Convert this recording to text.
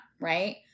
Right